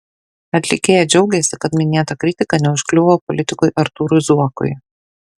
atlikėja džiaugiasi kad minėta kritika neužkliuvo politikui artūrui zuokui